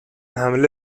حمله